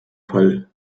fall